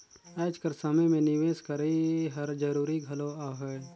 आएज कर समे में निवेस करई हर जरूरी घलो हवे